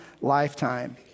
lifetime